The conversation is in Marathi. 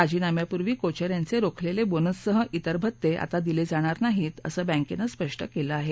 राजीनाम्यापूर्वी कोचर यांचे रोखलेले बोनससह इतर भत्ते आता दिले जाणार नाहीत असं बँकेनं स्पष्ट केलं आहे